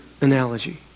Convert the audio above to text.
analogy